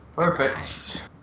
Perfect